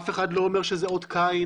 אף אחד לא אומר שאתה אות קין,